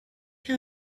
how